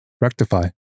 rectify